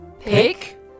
Pick